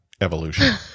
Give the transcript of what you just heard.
evolution